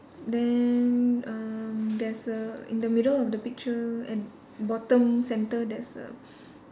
then uh there's a in the middle of the picture at bottom centre there's a